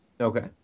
Okay